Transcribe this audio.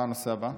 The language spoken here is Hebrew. מה הנושא הבא?